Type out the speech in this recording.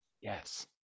Yes